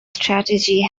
strategy